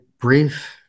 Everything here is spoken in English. brief